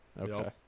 Okay